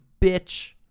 bitch